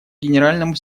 генеральному